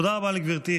תודה רבה לגברתי.